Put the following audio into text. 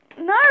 No